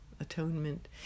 atonement